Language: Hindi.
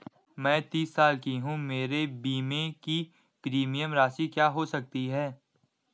मैं तीस साल की हूँ मेरे बीमे की प्रीमियम राशि क्या हो सकती है?